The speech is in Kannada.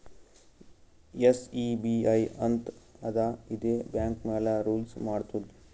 ಎಸ್.ಈ.ಬಿ.ಐ ಅಂತ್ ಅದಾ ಇದೇ ಬ್ಯಾಂಕ್ ಮ್ಯಾಲ ರೂಲ್ಸ್ ಮಾಡ್ತುದ್